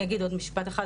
אני אגיד עוד משפט אחד,